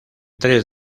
tres